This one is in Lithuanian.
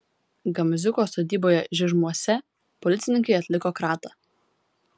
gamziuko sodyboje žižmuose policininkai atliko kratą